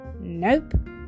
Nope